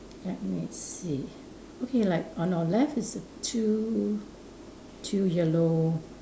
let me see okay like on our left is two two yellow